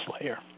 layer